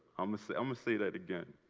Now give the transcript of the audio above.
um ah say um say that again.